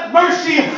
mercy